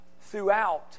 throughout